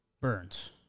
Burns